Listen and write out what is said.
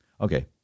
Okay